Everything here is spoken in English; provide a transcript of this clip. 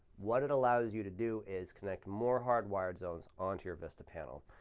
what it allows you to do is connect more hardwired zones onto your vista panel.